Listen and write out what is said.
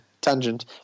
tangent